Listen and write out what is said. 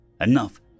enough